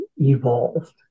evolved